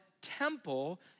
temple